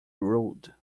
rude